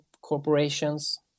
corporations